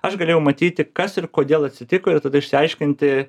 aš galėjau matyti kas ir kodėl atsitiko ir tada išsiaiškinti